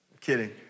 Kidding